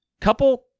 couple